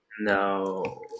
No